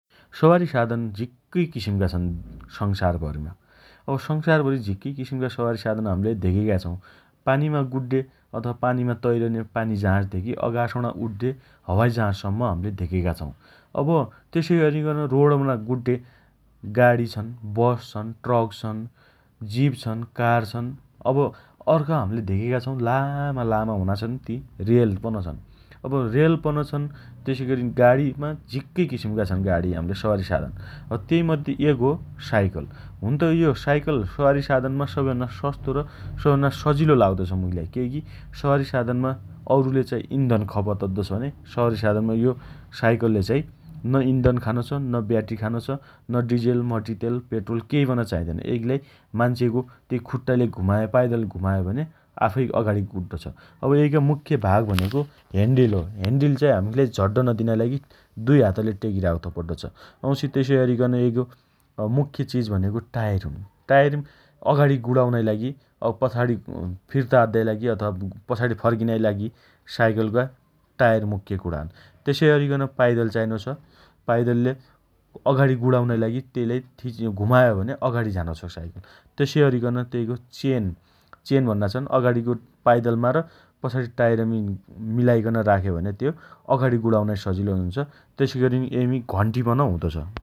सवारी साधन झिक्कै किसिमका छन् संसारभरिमा । अब संसारभरि झिक्कै किसिमका सवारी साधन हम्ले धेगेका छौं । पानीमा गुड्डे अथवा पानीमा तैरने पानी जहाजदेखि अकाशम्णा उड्डे हवाई जहाजसम्म हम्ले धेगेका छौं । अब तेसइअरिकन रोम्णा गुड्डे गाडी छन् । बस छन् । ट्रक छन् । जीप छन् । कार छन् । अब अर्का हम्ले धेगेका छौं लामा लामा हुना छन् ती रेल पन छन् । अब रेलपन छन् । तेसैअरि गाडीमा झिक्कै किसिमका छन् गाडी सवारी साधन । तेइमध्ये एक हो साइकल । हुन त यो साइकल सवारी साधनमा सबैभन्दा सस्तो र सबैभन्दा सजिलो लाग्दो छ मुखीलाई । केइकी सवारी साधनमा औरुले इन्धन खपत अद्दो छ भने सवारी साधनमा यो साइकलले चाइ न इन्धन खानो छ न ब्याट्री खानो छ । न डिजेल मट्टितेल, पेट्रोल केइपन चाइदैन । एइगीलाई मान्छेको तेइ खुट्टाले घुमाए पाइदल घुमायो भने आफै अगाडि बड्डो छ । अब एइका मुख्य भाग भनेको हेण्डिल हो । हेण्डिल चाइ हम्खीलाई झड्ड नदिनाइ लागि दुइहातले टेकिराख्तो पड्डोछ । वाउँछि तेसैअरिकन एइको मुख्य चिज भनेको टाइर हुन् । टाइर अगाडि गुडाउनाइ लागि अब पछाडि फिर्ता अद्दाइ लागि अथवा पछाडि फर्किनाइ लागि साइकलका टाइर मुख्य कुणा हुन् । तेसइ अरिकन पाइदल चाइनो छ । पाइदलले अगाडि गुडाउनाइ लागित तेइलाई थिचि घुमाए भने अगाडि झानोछ साइकल । तेसइअरिकन तेइको चेन । चेन भन्ना छन् । अगाडिको पाइदलमा र पछाडि टाइरमी मिलाइकन राख्यो भने त्यो अगाणि गुणाउनाइ लागि सजिलो हुनो छ । तेसइ अरिकन एइमी घण्टीपन हुँदोछ ।